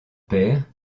père